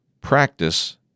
practice